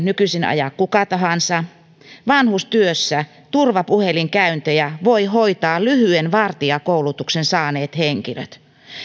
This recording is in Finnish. nykyisin ajaa kuka tahansa vanhustyössä turvapuhelinkäyntejä voivat hoitaa lyhyen vartijakoulutuksen saaneet henkilöt